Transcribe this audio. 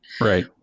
Right